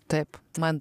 taip man